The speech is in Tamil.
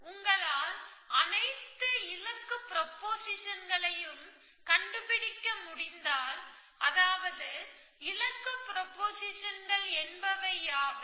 உங்களால் அனைத்து இலக்கு ப்ரொபொசிஷன்களையும் கண்டுபிடிக்க முடிந்தால் அதாவது இலக்கு ப்ரொபொசிஷன்கள் என்பவை யாவை